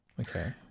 Okay